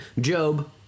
Job